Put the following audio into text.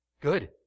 Good